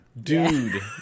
Dude